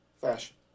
fashion